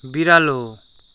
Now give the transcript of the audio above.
बिरालो